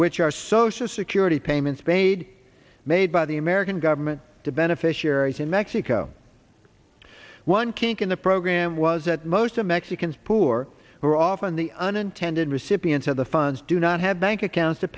which are social security payments paid made by the american government to beneficiaries in mexico one kink in the program was that most of mexicans poor were often the unintended recipients of the funds do not have bank accounts to